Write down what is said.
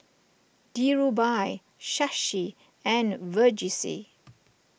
Dhirubhai Shashi and Verghese